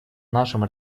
нашем